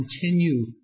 continue